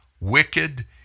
wicked